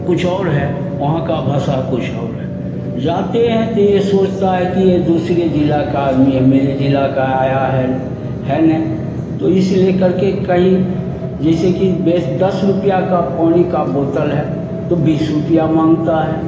कुछ और है वहाँ की भाषा कुछ और है जाते हैं तो यह सोचता है की यह दूसरी ज़िले का आदमी है मेरे ज़िले का आया है हैं ने तो इस ले करके कहीं जैसे की बेस दस रूपया का पानी का बोतल है तो बस रूपया माँगता है